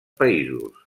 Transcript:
països